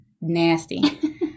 nasty